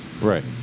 Right